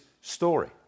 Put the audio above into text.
story